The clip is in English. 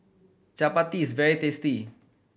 chappati is very tasty